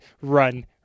run